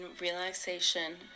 relaxation